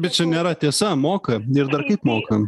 bet čia nėra tiesa moka ir dar kaip moka